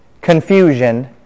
confusion